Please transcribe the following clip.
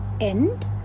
end